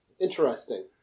Interesting